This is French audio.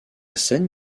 scène